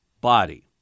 body